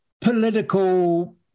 political